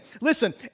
Listen